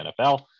nfl